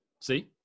see